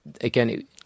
again